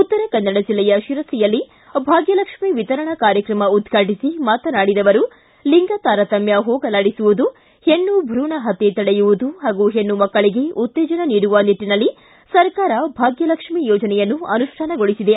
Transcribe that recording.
ಉತ್ತರಕನ್ನಡ ಜಿಲ್ಲೆಯ ಶಿರಸಿಯಲ್ಲಿ ಭಾಗ್ಯಲಕ್ಷ್ಮಿ ವಿತರಣಾ ಕಾರ್ಯತ್ರಮ ಉದ್ಘಾಟಿಸಿ ಮಾತನಾಡಿದ ಅವರು ಲಿಂಗತಾರತಮ್ಯ ಹೊಗಲಾಡಿಸುವುದು ಹೆಣ್ಣು ಭೂಣ ಹತ್ಯೆ ತಡೆಯುವುದು ಹಾಗೂ ಹೆಣ್ಣುಮಕ್ಕಳಿಗೆ ಉತ್ತೇಜನ ನೀಡುವ ನಿಟ್ಟನಲ್ಲಿ ಸರಕಾರ ಭಾಗ್ಯಲಕ್ಷ್ಮಿ ಯೋಜನೆಯನ್ನು ಅನುಷ್ಠಾನಗೊಳಿಸಿದೆ